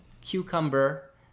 cucumber